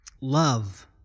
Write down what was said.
Love